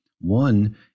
One